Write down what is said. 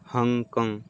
Hong Kong